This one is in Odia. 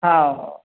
ହଁ ହଉ